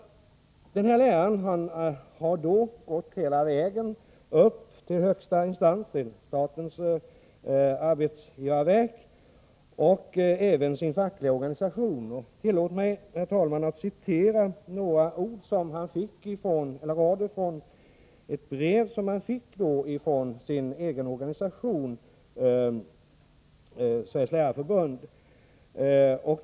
Den här läraren har gått hela vägen upp till högsta instans — det är statens arbetsgivarverk — och även till sin fackliga organisation. Tillåt mig, herr talman, att citera några rader ur ett brev som han fick från sin egen fackliga organisation, Sveriges lärarförbund.